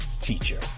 teacher